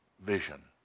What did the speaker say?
vision